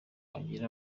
wagira